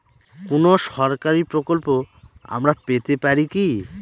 কোন সরকারি প্রকল্প আমরা পেতে পারি কি?